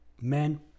men